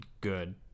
good